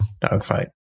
dogfight